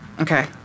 Okay